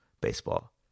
baseball